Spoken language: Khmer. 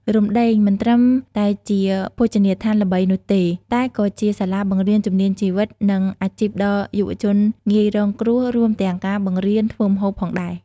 Romdeng មិនត្រឹមតែជាភោជនីយដ្ឋានល្បីនោះទេ តែក៏ជាសាលាបង្រៀនជំនាញជីវិត និងអាជីពដល់យុវជនងាយរងគ្រោះ រួមទាំងការបង្រៀនធ្វើម្ហូបផងដែរ ។